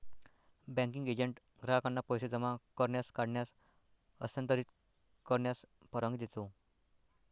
banking agent ग्राहकांना पैसे जमा करण्यास, काढण्यास, हस्तांतरित करण्यास परवानगी देतो